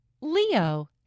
Leo